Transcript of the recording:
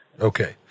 Okay